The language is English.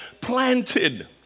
planted